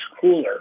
cooler